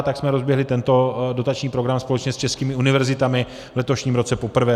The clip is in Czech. Tak jsme rozběhli tento dotační program společně s českými univerzitami v letošním roce poprvé.